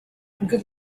good